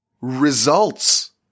results